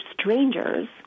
strangers